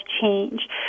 change